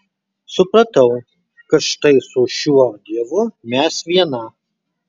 supratau kad štai su šiuo dievu mes viena